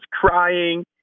crying